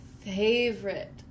favorite